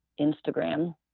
Instagram